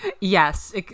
Yes